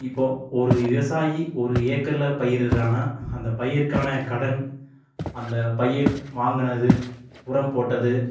இப்போ ஒரு விவசாயி ஒரு ஏக்கரில் பயிரிடுறானா அந்த பயிருக்கான கடன் அந்த பயிர் வாங்கினது உரம் போட்டது